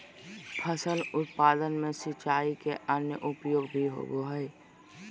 फसल उत्पादन में सिंचाई के अन्य उपयोग भी होबय हइ